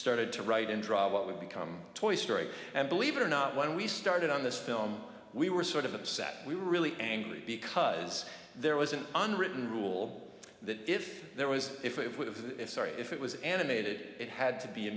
started to write and draw what would become a toy story and believe it or not when we started on this film we were sort of upset we were really angry because there was an unwritten rule that if there was if it with sorry if it was animated it had to be a